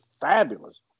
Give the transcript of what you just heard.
fabulous